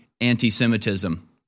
anti-Semitism